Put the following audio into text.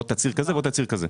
עוד תצהיר כזה ועוד תצהיר כזה.